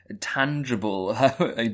tangible